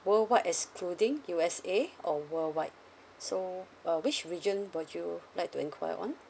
worldwide excluding U_S_A or worldwide so uh which region would you like to enquire on